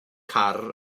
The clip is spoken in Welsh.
car